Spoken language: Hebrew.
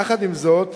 יחד עם זאת,